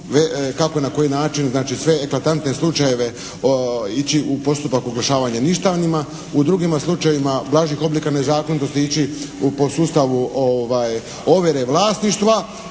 kako i na koji način znači sve eklatantne slučajeve ići u postupak oglašavanja ništavnima. U drugima slučajevima blažih oblika nezakonitosti ići u po sustavu ovjere vlasništva.